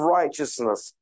righteousness